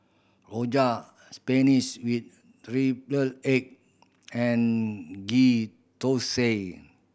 rojak spinach with triple egg and Ghee Thosai